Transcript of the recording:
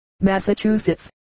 Massachusetts